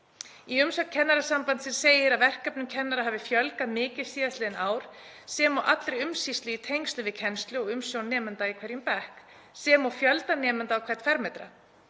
Í umsögn Kennarasambandsins segir að verkefnum kennara hafi fjölgað mikið síðastliðin ár sem og allri umsýslu í tengslum við kennslu og umsjón nemenda í hverjum bekk og fjölda nemenda á hvern fermetra.